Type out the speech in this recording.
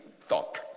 thought